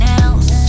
else